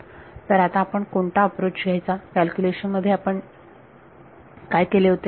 तर आता आपण कोणता अॅप्रोच घ्यायचा कॅल्क्युलेशन मध्ये आपण काय केले होते